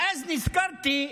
ואז נזכרתי,